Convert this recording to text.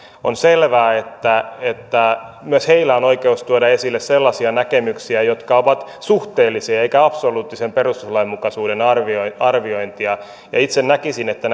on selvää että että myös heillä on oikeus tuoda esille sellaisia näkemyksiä jotka ovat suhteellisia eivätkä absoluuttisen perustuslainmukaisuuden arviointia itse näkisin että